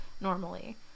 normally